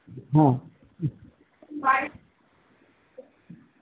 হ্যাঁ